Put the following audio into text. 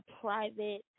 private